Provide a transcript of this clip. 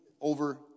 over